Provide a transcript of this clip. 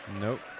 Nope